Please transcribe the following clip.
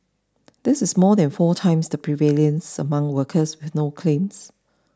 this is more than four times the prevalence among workers with no claims